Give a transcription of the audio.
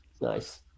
Nice